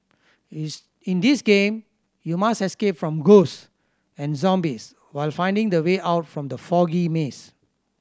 is in this game you must escape from ghosts and zombies while finding the way out from the foggy maze